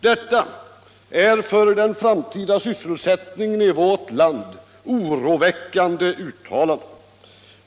Detta är för den framtida sysselsättningen i vårt land oroväckande uttalanden.